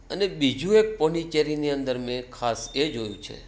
અને બીજું એક પોંડિચેરીની અંદર મેં એ ખાસ એ જોયું છે